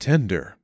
Tender